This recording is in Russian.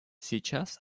сейчас